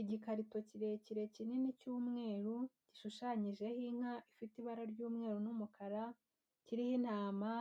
Igikarito kirekire kinini cy'umweru, gishushanyijeho inka ifite ibara ry'umweru n'umukara, kiriho intama,